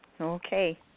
Okay